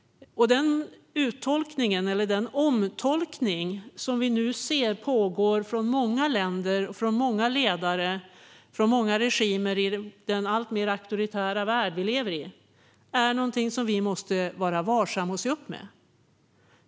Den uttolkning eller omtolkning som vi nu ser pågå i många länder och regimer och hos många ledare i den alltmer auktoritära värld som vi lever i är något som vi måste vara vaksamma inför och se upp med.